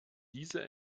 diese